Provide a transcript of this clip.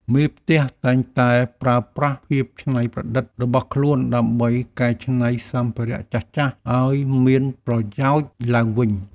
មេផ្ទះតែងតែប្រើប្រាស់ភាពច្នៃប្រឌិតរបស់ខ្លួនដើម្បីកែច្នៃសម្ភារៈចាស់ៗឱ្យមានប្រយោជន៍ឡើងវិញ។